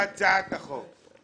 בהצעת החוק.